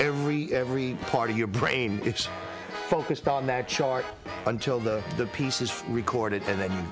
every every part of your brain gets focused on that chart until the the piece is recorded and then